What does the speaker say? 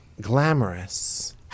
glamorous